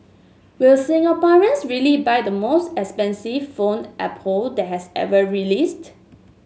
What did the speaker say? will Singaporeans really buy the most expensive phone Apple that has ever released